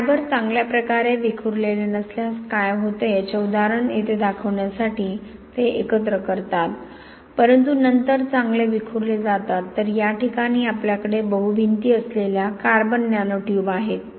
तरफायबर चांगल्या प्रकारे विखुरलेले नसल्यास काय होते याचे उदाहरण येथे दाखवण्यासाठी ते एकत्र करतात परंतु नंतर चांगले विखुरले जातात तर या प्रकरणात आपल्याकडे बहु भिंती असलेल्या कार्बन नॅनो ट्यूब आहेत